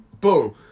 Boom